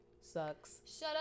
Sucks